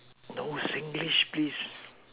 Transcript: no Singlish please